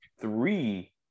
three